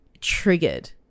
triggered